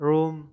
Room